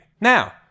Now